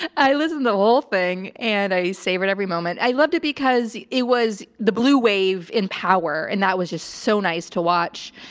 i listened to the whole thing and i savored every moment. i loved it because it was the blue wave in power and that was just so nice to watch.